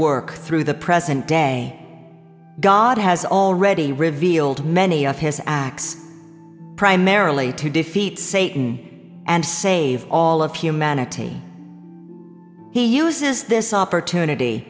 work through the present day god has already revealed many of his acts primarily to defeat satan and save all of humanity he uses this opportunity